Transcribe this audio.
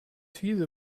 fiese